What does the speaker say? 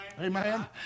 Amen